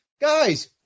Guys